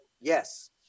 yes